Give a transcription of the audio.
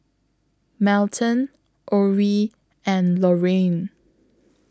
Melton Orie and Lorrayne